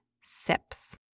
sips